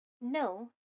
No